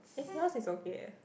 eh yours is okay eh